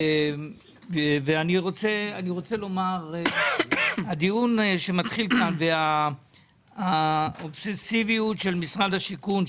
אני רוצה לומר שהדיון שמתחיל כאן והאובססיביות של משרד השיכון,